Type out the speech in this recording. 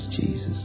Jesus